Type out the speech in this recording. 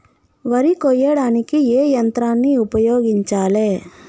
వరి కొయ్యడానికి ఏ యంత్రాన్ని ఉపయోగించాలే?